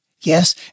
Yes